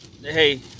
hey